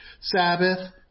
Sabbath